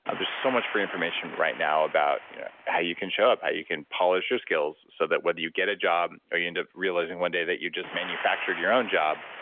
and there's so much free information right now about how you can show up, how you can polish your skills so that whether you get a job or you end up realizing one day that you just manufactured your own job,